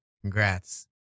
Congrats